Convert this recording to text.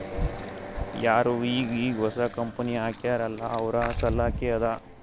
ಯಾರು ಈಗ್ ಈಗ್ ಹೊಸಾ ಕಂಪನಿ ಹಾಕ್ಯಾರ್ ಅಲ್ಲಾ ಅವ್ರ ಸಲ್ಲಾಕೆ ಅದಾ